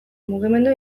mugimendu